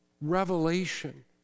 revelation